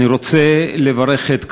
אני רוצה לברך את קארין,